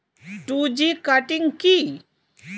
Two G cutting কি?